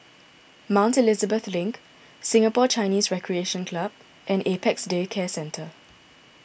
Mount Elizabeth Link Singapore Chinese Recreation Club and Apex Day Care Centre